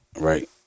Right